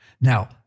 Now